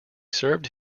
served